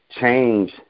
change